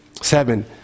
Seven